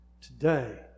Today